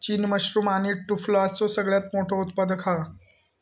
चीन मशरूम आणि टुफलाचो सगळ्यात मोठो उत्पादक हा